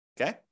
okay